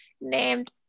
named